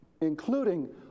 including